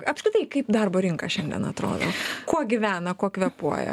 apskritai kaip darbo rinka šiandien atrodo kuo gyvena kuo kvėpuoja